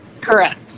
Correct